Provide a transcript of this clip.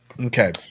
Okay